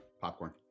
popcorn